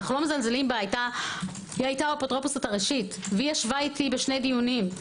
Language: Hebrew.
היתה האפוטרופוסית הראשית וישבה איתי בשני דיונים.